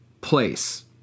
place